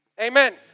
amen